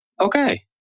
Okay